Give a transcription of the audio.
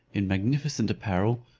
in magnificent apparel,